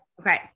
Okay